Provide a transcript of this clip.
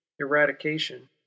eradication